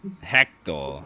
Hector